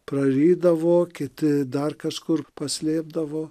prarydavo kiti dar kažkur paslėpdavo